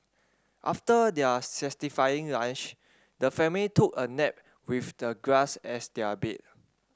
after their satisfying lunch the family took a nap with the grass as their bed